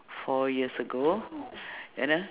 four years ago then ah